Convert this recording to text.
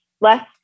less